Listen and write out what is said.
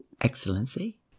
excellency